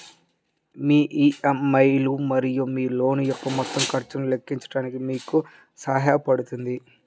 మీ EMI లు మరియు మీ లోన్ యొక్క మొత్తం ఖర్చును లెక్కించడానికి మీకు సహాయపడుతుంది